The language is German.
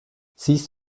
siehst